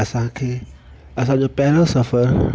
असांखे असांजो पहिरियों सफ़रु